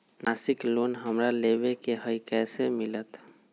मासिक लोन हमरा लेवे के हई कैसे मिलत?